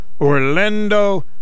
Orlando